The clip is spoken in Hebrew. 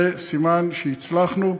זה סימן שהצלחנו.